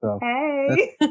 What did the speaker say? Hey